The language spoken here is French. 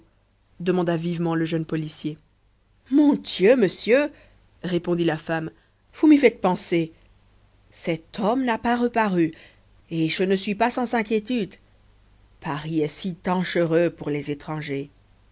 demanda vivement le jeune policier mon dieu monsieur répondit la femme vous m'y faites penser cet homme n'a pas reparu et je ne suis pas sans inquiétudes paris est si dangereux pour les étrangers